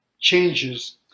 changes